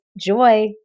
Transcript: Joy